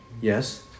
Yes